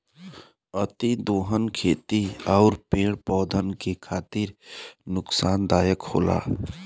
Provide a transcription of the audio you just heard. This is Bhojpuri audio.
अतिदोहन खेती आउर पेड़ पौधन के खातिर नुकसानदायक होला